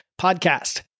podcast